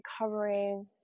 recovering